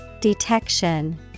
detection